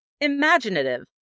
imaginative